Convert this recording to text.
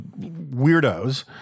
weirdos